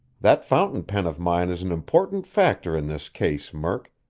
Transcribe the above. that fountain pen of mine is an important factor in this case, murk,